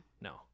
No